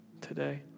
today